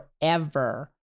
forever